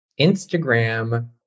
Instagram